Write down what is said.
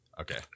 Okay